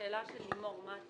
לשאלה של לימוד.